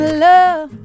love